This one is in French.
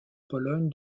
pologne